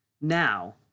Now